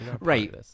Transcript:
right